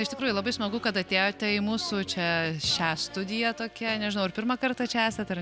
iš tikrųjų labai smagu kad atėjote į mūsų čia šią studiją tokią nežinau ar pirmą kartą čia esat ar